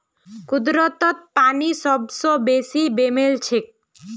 कुदरतत पानी सबस बेसी बेमेल छेक